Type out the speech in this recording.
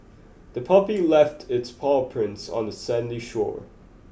the puppy left its paw prints on the sandy shore